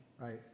right